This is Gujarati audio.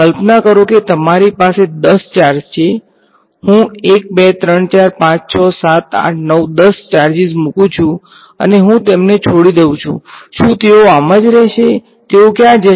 કલ્પના કરો કે તમારી પાસે 10 ચાર્જસ છે હું 1 2 3 4 5 6 7 8 9 10 ચાર્જસ મૂકું છું અને હું તેમને છોડી દઉં છું શું તેઓ આમ જ રહેશે તેઓ ક્યાં જશે